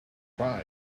try